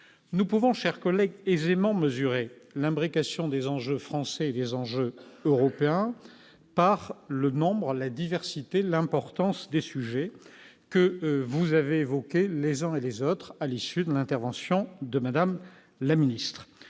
nous pouvons chers collègues aisément mesurer l'imbrication des enjeux français et des enjeux européens par le nombre, la diversité, l'importance des sujets que vous avez évoqué les gens et les autres à l'issue de l'intervention de Madame la Ministre,